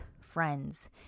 friends